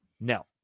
No